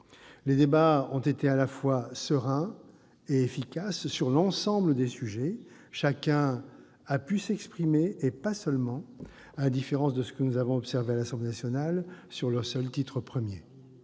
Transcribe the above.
Les débats ont été à la fois sereins et efficaces sur l'ensemble des sujets. Chacun a pu s'exprimer, et pas seulement, à la différence de ce que nous avons observé à l'Assemblée nationale, sur le titre I.